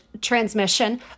transmission